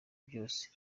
byose